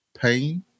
pain